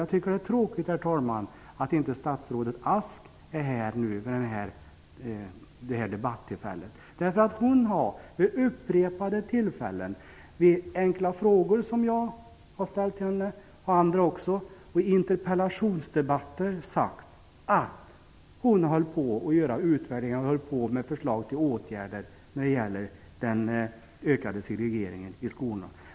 Jag tycker att det är tråkigt att inte statsrådet Ask är här vid detta debattillfälle. Hon har vid upprepade tillfällen i svar på frågor som jag och andra har ställt till henne och i interpellationsdebatter sagt att hon håller på att göra en utvärdering och utarbeta förslag till åtgärder när det gäller den ökade segregeringen i skolan.